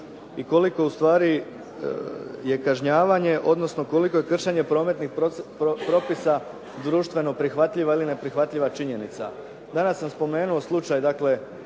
koliko je kršenje prometnih propisa društveno prihvatljiva ili neprihvatljiva činjenica. Danas sam spomenuo slučaj